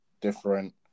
different